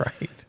Right